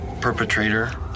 perpetrator